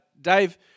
Dave